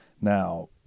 Now